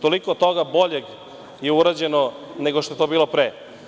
Toliko toga boljeg je urađeno nego što je to bilo pre.